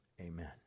amen